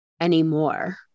anymore